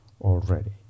already